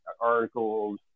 articles